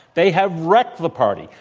they have wrecked the party.